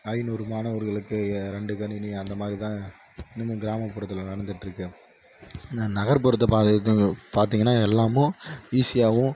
ஐநூறு மாணவர்களுக்கு ரெண்டு கணினி அந்தமாதிரிதான் இன்னமும் கிராமப்புறத்தில் நடந்துகிட்டு இருக்கு ந நகர்ப்புறத்தை பார்த்தீங்க பார்த்தீங்கன்னா எல்லாமும் ஈசியாகவும்